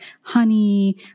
honey